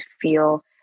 feel